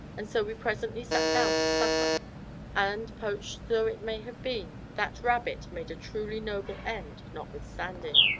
and so we presently sat down to supper and, poached though it may have been, that rabbit made a truly noble end, notwithstanding.